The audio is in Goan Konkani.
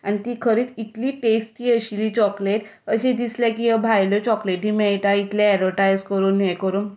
आनी ती खरीच इतली टेस्टी आशिल्ली चॉकलेट अशें दिसलें की ह्यो भायल्यो चॉकलेटी मेळटा इतले एडवटायज करून हें करून